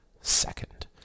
second